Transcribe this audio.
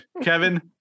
kevin